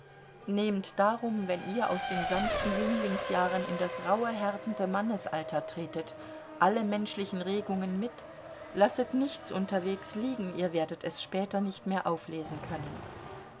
nehmt darum wenn ihr aus den sanften jünglingsjahren in das rauhe härtende mannesalter tretet alle menschlichen regungen mit lasset nichts unterwegs liegen ihr werdet es später nicht mehr auflesen können